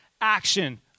action